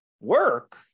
work